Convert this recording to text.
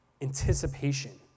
anticipation